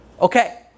okay